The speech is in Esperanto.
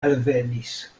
alvenis